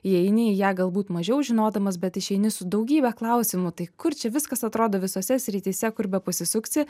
įeini į ją galbūt mažiau žinodamas bet išeini su daugybe klausimų tai kur čia viskas atrodo visose srityse kur bepasisuksi